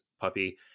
puppy